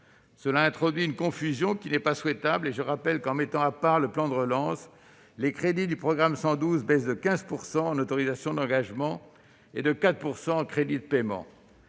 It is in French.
Cela introduit une confusion qui n'est pas souhaitable. Je rappelle en outre qu'en mettant à part le plan de relance les crédits du programme 112 baissent de 15 % en autorisations d'engagement et de 4 % en crédits de paiement.